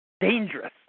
Dangerous